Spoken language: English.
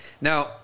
Now